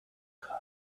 cup